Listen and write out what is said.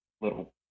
little